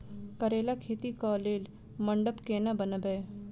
करेला खेती कऽ लेल मंडप केना बनैबे?